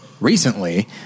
recently